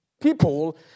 People